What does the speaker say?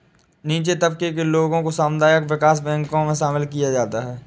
नीचे तबके के लोगों को सामुदायिक विकास बैंकों मे शामिल किया जाता है